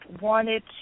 wanted